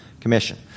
commission